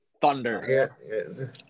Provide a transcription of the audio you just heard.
Thunder